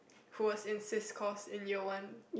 who was in sis course in year one